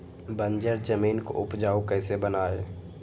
बंजर जमीन को उपजाऊ कैसे बनाय?